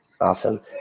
Awesome